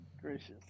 gracious